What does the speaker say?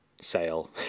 sale